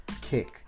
kick